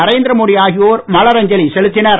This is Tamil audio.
நரேந்தி மோடி ஆகியோர் மலரஞ்சலி செலுத்தினர்